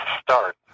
start